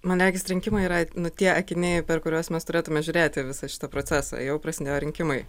man regis rinkimai yra nu tie akiniai per kuriuos mes turėtume žiūrėti visą šitą procesą jau prasidėjo rinkimai